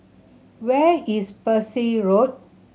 where is Parsi Road